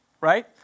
Right